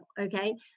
okay